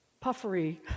puffery